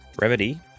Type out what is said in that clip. Remedy